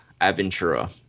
Aventura